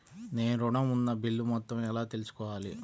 నేను ఋణం ఉన్న బిల్లు మొత్తం ఎలా తెలుసుకోవాలి?